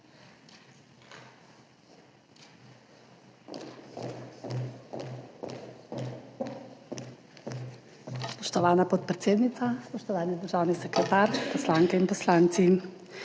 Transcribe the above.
Spoštovana podpredsednica, spoštovani državni sekretar, poslanke in poslanci!